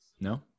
No